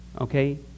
okay